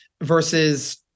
versus